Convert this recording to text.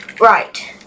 right